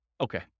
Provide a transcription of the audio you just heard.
Okay